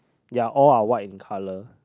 ya all are white in colour